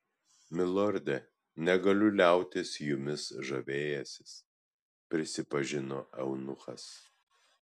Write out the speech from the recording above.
milorde negaliu liautis jumis žavėjęsis prisipažino eunuchas